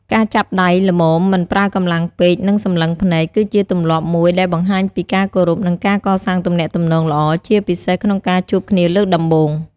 ការចាប់ដៃ ល្មមមិនប្រើកម្លាំងពេក និងសម្លឹងភ្នែក គឺជាទម្លាប់មួយដែលបង្ហាញពីការគោរព និងការកសាងទំនាក់ទំនងល្អ ជាពិសេសក្នុងការជួបគ្នាលើកដំបូង។